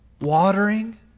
watering